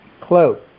close